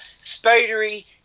spidery